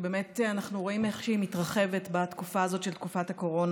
ובאמת אנחנו רואים איך היא מתרחבת בתקופה הזאת של הקורונה